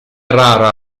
rara